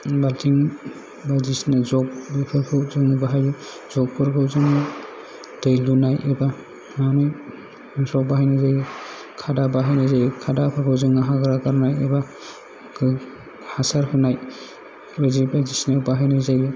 बालथिं बायदिसिना जग बेफोरखौ जों बाहायो जगफोरखौ जोङो दै लुनाय एबा बाहायनाय जायो खादा बाहायनाय जायो खादाफोरखौ जों हाग्रा गारनाय एबा हासार होनाय बायदि बायदिसिनायाव बाहायनाय जायो